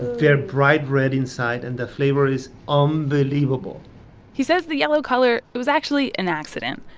they're bright red inside, and the flavor is unbelievable he says the yellow color it was actually an accident.